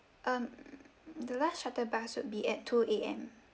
um the last shuttle bus would be at two A_M